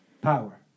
power